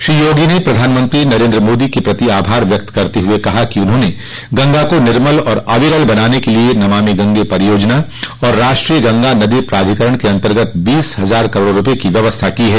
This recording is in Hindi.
श्री योगी ने प्रधानमंत्री नरेन्द्र मोदी के प्रति आभार व्यक्त करते हुए कहा कि उन्होंने गंगा को निर्मल और अविरल बनाने के लिए नमामि गंगे परियोजना और राष्ट्रीय गंगा नदी प्राधिकरण के अन्तर्गत बीस हजार करोड़ रूपये की व्यवस्था की है